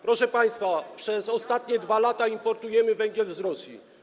Proszę państwa, przez ostatnie 2 lata importujemy węgiel z Rosji.